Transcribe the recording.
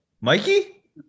Mikey